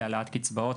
להעלאת קצבאות.